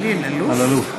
אלאלוף.